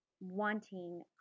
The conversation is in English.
wanting